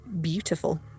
beautiful